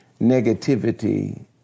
negativity